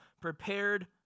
prepared